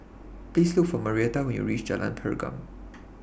Please Look For Marietta when YOU REACH Jalan Pergam